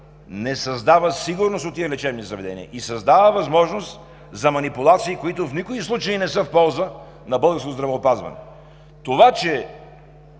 не създава сигурност в тези лечебни заведения, а създава възможност за манипулации, които в никой случай не са в полза на българското здравеопазване. В